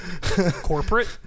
Corporate